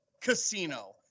Casino